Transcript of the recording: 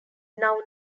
now